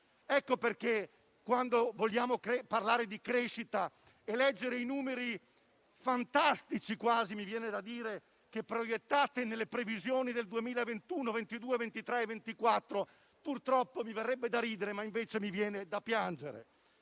Ecco perché, quando vogliamo parlare di crescita, nel leggere i numeri fantastici, mi viene quasi da dire, che proiettate nelle previsioni del 2021, 2022, 2023 e 2024, dovrebbe venirmi da ridere, ma invece mi viene da piangere.